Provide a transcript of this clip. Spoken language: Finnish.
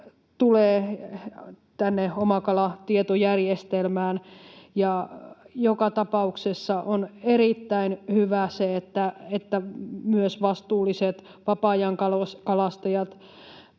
tulee nyt tänne Omakala-tietojärjestelmään. Joka tapauksessa erittäin hyvää on se, että myös vastuulliset vapaa-ajankalastajat